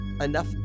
enough